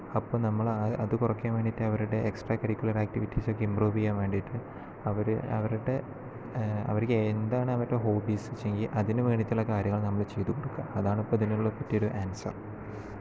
അപ്പം നമ്മൾ അത് കുറക്കാൻ വേണ്ടിട്ട് അവരുടെ എക്സ്ട്രാ കരിക്കുലർ ആക്ടിവിറ്റീസ് ഒക്കെ ഇമ്പ്രൂവ് ഇംപ്രൂവ് ചെയ്യാൻ വേണ്ടിയിട്ട് അവരെ അവരുടെ അവർക്ക് എന്താണ് അവരുടെ ഹോബീസ് വെച്ചിട്ടുണ്ടെങ്കിൽ അതിനു വേണ്ടിയിട്ടുള്ള കാര്യങ്ങൾ നമ്മൾ ചെയ്തുകൊടുക്കുക അതാണ് ഇപ്പോൾ ഇതിനുള്ള പറ്റിയ ഒരു ആൻസർ